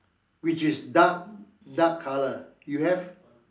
which dark dark colour you have